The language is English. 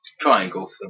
Triangle